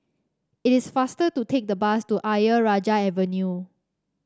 it is faster to take the bus to Ayer Rajah Avenue